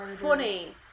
funny